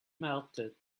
melted